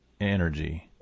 energy